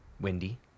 windy